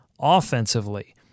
offensively